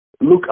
look